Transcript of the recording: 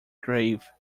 grave